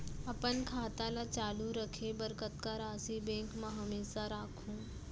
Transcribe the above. अपन खाता ल चालू रखे बर कतका राशि बैंक म हमेशा राखहूँ?